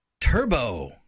Turbo